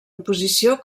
oposició